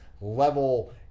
level